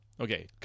okay